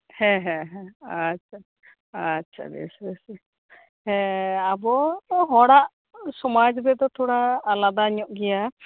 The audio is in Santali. ᱦᱮᱸ ᱦᱮᱸ ᱟᱪᱪᱷᱟ ᱟᱪᱪᱷᱟ ᱵᱮᱥ ᱵᱮᱥ ᱦᱮᱸ ᱟᱵᱚ ᱦᱚᱲᱟᱜ ᱥᱚᱢᱟᱡᱽ ᱨᱮᱫᱚ ᱛᱷᱚᱲᱟ ᱟᱞᱟᱫᱟ ᱧᱚᱜ ᱜᱮᱭᱟ